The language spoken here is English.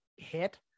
hit